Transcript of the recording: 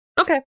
Okay